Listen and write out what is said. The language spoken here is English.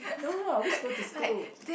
no lah I always go to school